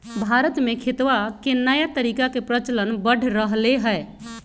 भारत में खेतवा के नया तरीका के प्रचलन बढ़ रहले है